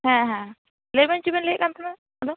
ᱦᱮᱸ ᱦᱮᱸ ᱞᱟ ᱭᱵᱤᱱ ᱪᱮᱫᱵᱤᱱ ᱞᱟ ᱭᱮᱫ ᱠᱟᱱ ᱛᱟᱦᱮᱸᱱᱚᱜ ᱟᱫᱚ ᱦᱩᱸ